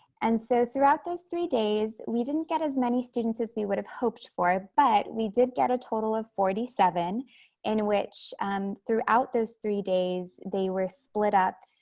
and so throughout those three days, we didn't get as many students as we would have hoped for. but we did get a total of forty seven in which um throughout those three days, they were split up.